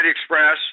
Express